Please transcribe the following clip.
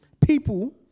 People